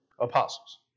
apostles